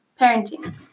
parenting